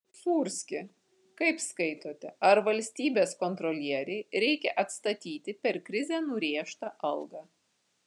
sūrski kaip skaitote ar valstybės kontrolierei reikia atstatyti per krizę nurėžtą algą